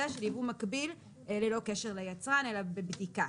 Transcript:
של יבוא מקביל ללא קשר ליצרן אלא בבדיקה.